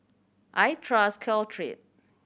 I trust Caltrate